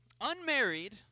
unmarried